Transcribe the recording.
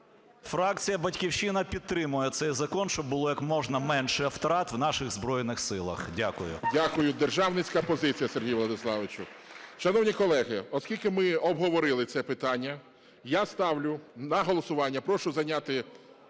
Фракція "Батьківщина" підтримує цей закон, щоб було як можна менше втрат в наших Збройних Силах. Дякую. ГОЛОВУЮЧИЙ. Дякую. Державницька позиція, Сергію Владиславовичу. Шановні колеги, оскільки ми обговорили це питання, я ставлю на голосування. Прошу зайняти